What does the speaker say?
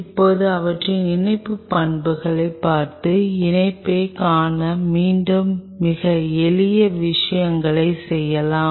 இப்போது அவற்றின் இணைப்பு பண்புகளைப் பார்த்து இணைப்பைக் காண நீங்கள் மிக எளிய விஷயங்களைச் செய்யலாம்